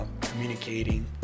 communicating